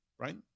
Right